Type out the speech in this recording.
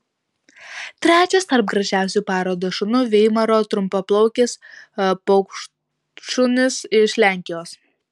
trečias tarp gražiausių parodos šunų veimaro trumpaplaukis paukštšunis iš lenkijos